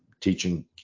teaching